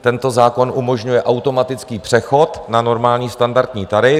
Tento zákon umožňuje automatický přechod na normální standardní tarif.